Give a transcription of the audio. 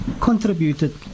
contributed